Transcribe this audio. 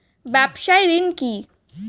ব্যবসায় ঋণ কি?